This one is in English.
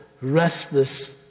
restless